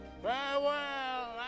Farewell